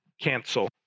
cancel